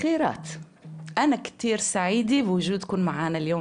אני אקרא לו בשם נ',